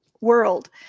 world